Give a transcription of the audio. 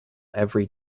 every